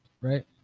right